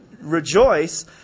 rejoice